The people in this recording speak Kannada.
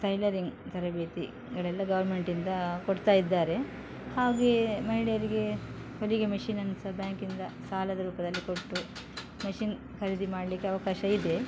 ಟೈಲರಿಂಗ್ ತರಬೇತಿ ಇವರೆಲ್ಲ ಗೌರ್ಮೆಂಟಿಂದ ಕೊಡ್ತಾಯಿದ್ದಾರೆ ಹಾಗೆ ಮಹಿಳೆಯರಿಗೆ ಹೊಲಿಗೆ ಮೆಷಿನನ್ನು ಸಹ ಬ್ಯಾಂಕಿಂದ ಸಾಲದ ರೂಪದಲ್ಲಿ ಕೊಟ್ಟು ಮೆಷಿನ್ ಖರೀದಿ ಮಾಡಲಿಕ್ಕೆ ಅವಕಾಶ ಇದೆ